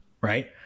right